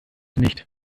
nicht